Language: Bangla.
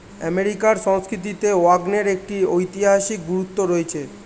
আমেরিকার সংস্কৃতিতে ওয়াগনের একটি ঐতিহাসিক গুরুত্ব রয়েছে